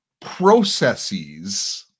processes